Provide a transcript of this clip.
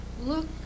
look